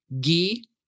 ghee